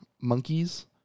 monkeys